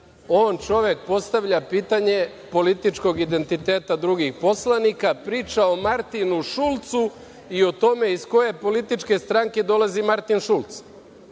On čovek postavlja pitanje političkog identiteta drugih poslanika, priča o Martinu Šulcu i o tome iz koje političke stranke dolazi Martin Šulc. Kakve